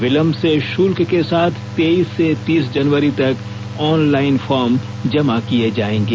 विलंब से शुल्क के साथ तेइस से तीस जनवरी तक ऑनलाइन फॉर्म जमा किये जाएंगे